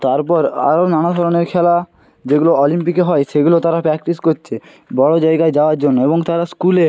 তারপর আরও নানা ধরনের খেলা যেগুলো অলিম্পিকে হয় সেগুলো তারা প্র্যাকটিস করছে বড় জায়গায় যাওয়ার জন্য এবং তারা স্কুলে